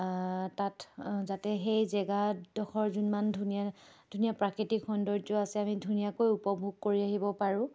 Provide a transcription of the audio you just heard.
তাত যাতে সেই জেগাডোখৰ যিমান ধুনীয়া ধুনীয়া প্ৰাকৃতিক সৌন্দৰ্য আছে আমি ধুনীয়াকৈ উপভোগ কৰি আহিব পাৰোঁ